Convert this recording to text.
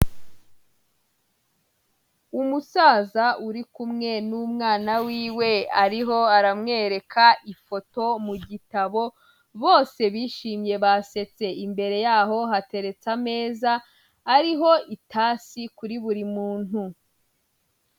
Umusaza uri kumwe n'umwana wiwe, ariho aramwereka ifoto mu gitabo, bose bishimye basetse, imbere yaho hateretse ameza ariho itasi kuri buri muntu.